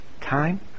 time